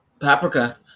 paprika